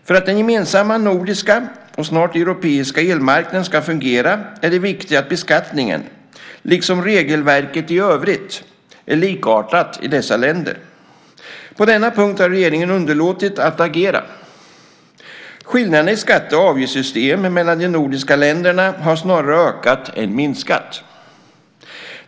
För att den gemensamma nordiska och snart europeiska elmarknaden ska fungera är det viktigt att beskattningen liksom regelverket i övrigt är likartat i dessa länder. På denna punkt har regeringen underlåtit att agera. Skillnaderna i skatte och avgiftssystem mellan de nordiska länderna har snarare ökat än minskat.